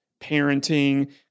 parenting